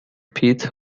peat